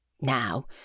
Now